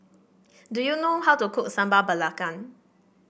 do you know how to cook Sambal Belacan